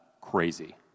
crazy